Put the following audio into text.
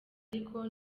ariko